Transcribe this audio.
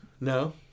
No